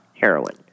heroin